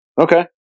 Okay